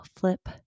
flip